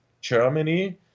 Germany